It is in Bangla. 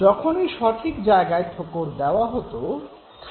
যখনই সঠিক জায়গায় ঠোকর দেওয়া হত খাবার বেড়িয়ে আসত